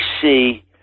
see